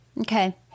Okay